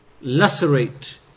lacerate